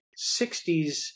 60s